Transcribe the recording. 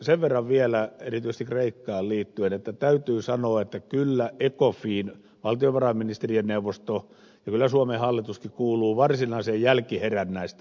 sen verran vielä erityisesti kreikkaan liittyen että täytyy sanoa että kyllä ecofin valtiovarainministerien neuvosto ja suomen hallituskin kuuluvat varsinaiseen jälkiherännäisten joukkoon